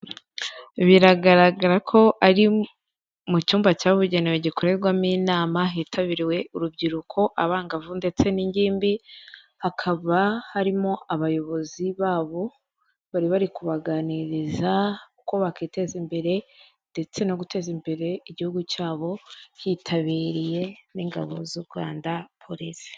Biragaragara ko ari mu cyumba cyabigenewe gikorerwamo inama, hitabiriye urubyiruko, abangavu, ndetse n'ingimbi, hakaba harimo abayobozi babo bari bari kubaganiriza, uko bakiteza imbere ndetse no guteza imbere igihugu cyabo, hitabiriye n'ingabo z'u Rwanda polisi.